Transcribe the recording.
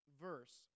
verse